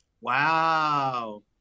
Wow